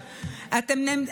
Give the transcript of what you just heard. תודה, אדוני.